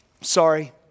Sorry